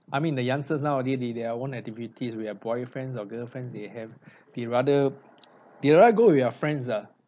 I mean the youngsters nowadays they they have own activities with their boyfriends or girlfriends they have they rather they rather go with their friends lah